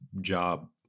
job